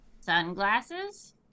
Sunglasses